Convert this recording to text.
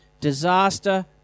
disaster